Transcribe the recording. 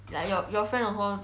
like like your friend also want